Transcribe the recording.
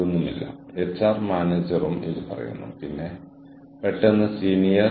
അതിനാൽ ഇവിടെ ശ്രദ്ധ കേന്ദ്രീകരിക്കുന്നത് ബന്ധം കെട്ടിപ്പടുക്കുന്നതിലാണ്